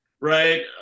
right